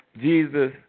Jesus